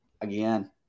Again